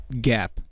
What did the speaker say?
gap